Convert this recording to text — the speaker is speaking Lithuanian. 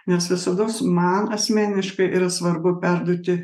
nes visados man asmeniškai yra svarbu perduoti